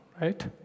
right